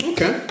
Okay